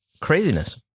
Craziness